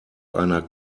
einer